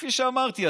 כפי שאמרתי,